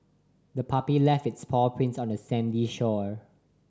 the puppy left its paw prints on the sandy shore